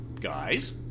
Guys